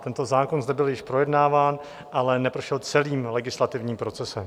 Tento zákon zde byl již projednáván, ale neprošel celým legislativním procesem.